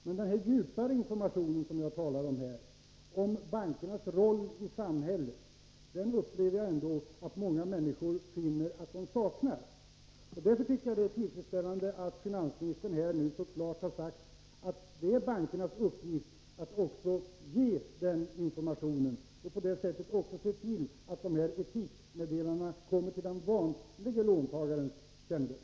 Men den djupare information som jag talar om här, om bankernas roll i samhället, upplever jag att många människor saknar. Därför tycker jag att det är tillfredsställande att finansministern nu så klart har sagt att det är bankernas uppgift att också ge den informationen och på det sättet se till att etikmeddelandena även kommer till den vanliga låntagarens kännedom.